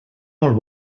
molt